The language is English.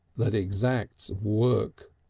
that exacts work,